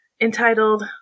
entitled